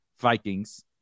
Vikings